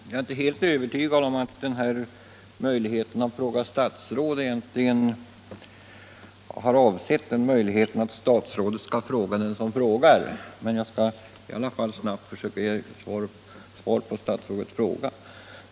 Herr talman! Jag är inte övertygad om att avsikten med den här möjligheten för oss att ställa frågor till statsråd också är att statsråd skall kunna fråga den som frågar. Jag skall i alla fall försöka ge ett snabbt svar på statsrådets fråga.